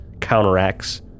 counteracts